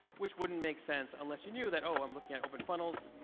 which wouldn't make sense unless you knew that, oh, i'm looking at open funnels.